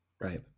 Right